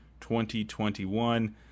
2021